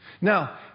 Now